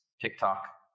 TikTok